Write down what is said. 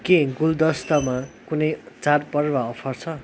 के गुलदस्तामा कुनै चाडपर्व अफर छ